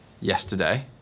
Yesterday